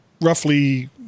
roughly